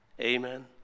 Amen